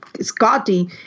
Scotty